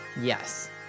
Yes